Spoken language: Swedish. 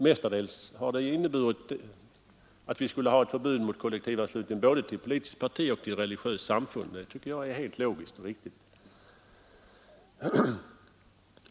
Mestadels har det inneburit att vi skulle ha förbud mot kollektivanslutning både till politiskt parti och till religiöst samfund — det tycker jag är helt logiskt och riktigt.